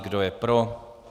Kdo je pro?